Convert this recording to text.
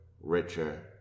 richer